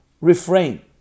refrain